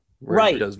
right